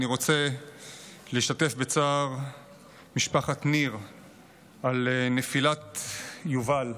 אני רוצה להשתתף בצער משפחת ניר על נפילת יובל,